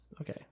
Okay